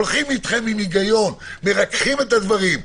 הולכים אתכם עם היגיון, מרככים את הדברים.